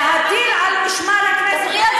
להטיל על משמר הכנסת, דברי על